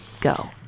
go